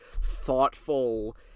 thoughtful